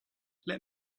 let